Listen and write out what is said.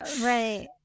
Right